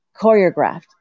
choreographed